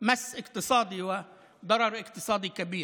בשבילם פגיעה כלכלית וגרמה לנזק כלכלי גדול.